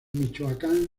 michoacán